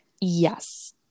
Yes